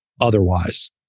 otherwise